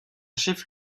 chef